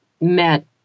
met